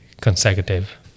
consecutive